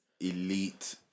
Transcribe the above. elite